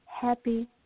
happy